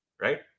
Right